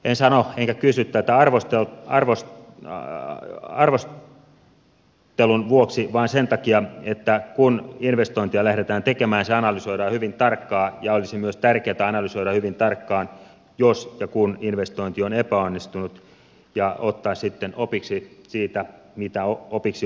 en sano enkä kysy tätä arvostelun vuoksi vaan sen takia että kun investointeja lähdetään tekemään se analysoidaan hyvin tarkkaan ja olisi myös tärkeätä analysoida hyvin tarkkaan jos ja kun investointi on epäonnistunut ja ottaa sitten opiksi siitä mitä opiksi otettavaa on